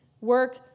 work